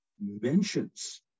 mentions